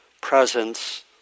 presence